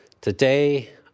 Today